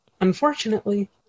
Unfortunately